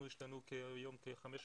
יש לנו היום כ-500